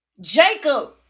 Jacob